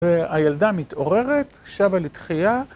הילדה מתעוררת, שבה לתחייה.